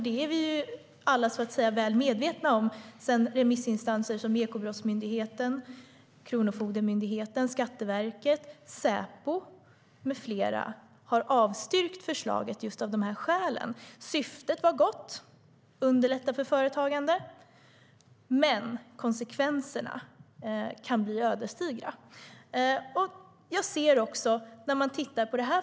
Det är vi alla väl medvetna om sedan remissinstanserna Ekobrottsmyndigheten, Kronofogdemyndigheten, Skatteverket, Säpo med flera har avstyrkt förslaget av just detta skäl. Syftet att underlätta för företagande är gott, men konsekvenserna kan bli ödesdigra.